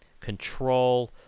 control